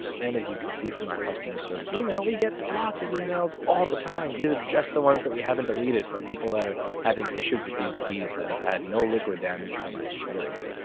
and as you can see from our customer service email we get lots of emails all the time. these are just the ones that we haven't deleted from people that are having issues with these keys that have had no liquid damage from my experience.